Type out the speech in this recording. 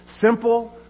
Simple